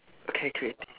okay okay okay